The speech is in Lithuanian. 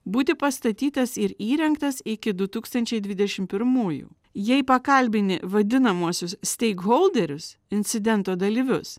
būti pastatytas ir įrengtas iki du tūkstančiai dvidešim pirmųjų jei pakalbini vadinamuosius steikholderius incidento dalyvius